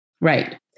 Right